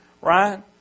right